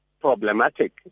problematic